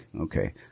okay